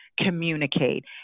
communicate